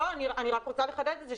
אני רק רוצה לחדד את זה,